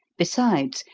besides,